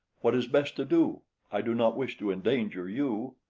what is best to do i do not wish to endanger you.